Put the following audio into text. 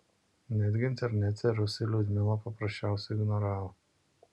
netgi internete rusai liudmilą paprasčiausiai ignoravo